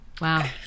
Wow